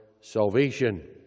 salvation